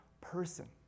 person